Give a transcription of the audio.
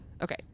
okay